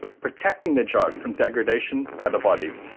protecting the drug from degradation by the body.